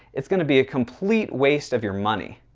it's going to be a complete waste of your money.